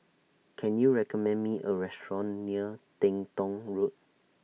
Can YOU recommend Me A Restaurant near Teng Tong Road